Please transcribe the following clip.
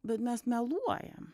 bet mes meluojam